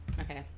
Okay